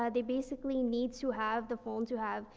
ah they basically need to have, the phone to have,